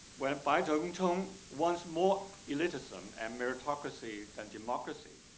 whereby jonchong wants more elitism and meritocracy than democracy,